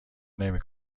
نمی